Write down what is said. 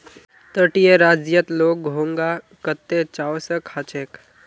तटीय राज्यत लोग घोंघा कत्ते चाव स खा छेक